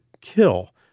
kill